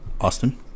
Austin